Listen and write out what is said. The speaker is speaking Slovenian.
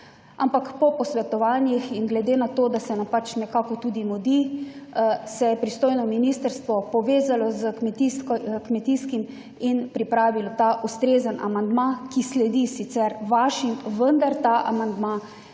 ampak po posvetovanjih in glede na to, da se nam pač nekako tudi mudi se je pristojno ministrstvo povezalo s kmetijskim in pripravilo ta ustrezen amandma, ki sledi sicer vašim, vendar ta amandma